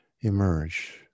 emerge